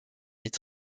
est